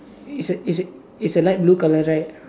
it's a it's a it's a light blue colour right